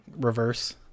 reverse